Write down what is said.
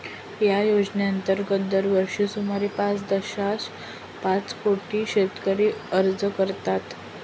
या योजनेअंतर्गत दरवर्षी सुमारे पाच दशांश पाच कोटी शेतकरी अर्ज करतात